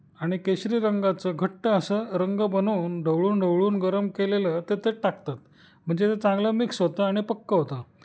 आणि केशरी रंगाचं घट्ट असं रंग बनवून ढवळून ढवळून गरम केलेलं ते त्यात टाकतात म्हणजे ते चांगलं मिक्स होतं आणि पक्कं होतं